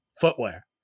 footwear